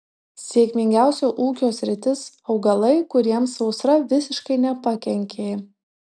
sėkmingiausia ūkio sritis augalai kuriems sausra visiškai nepakenkė